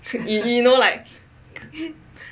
you you know like